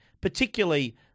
particularly